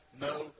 no